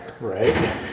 Right